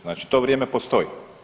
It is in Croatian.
Znači to vrijeme postoji.